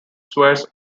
swears